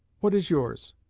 what is yours